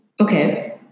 Okay